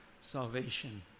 salvation